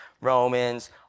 Romans